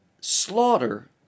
slaughter